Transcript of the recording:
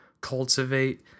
cultivate